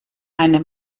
eine